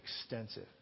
extensive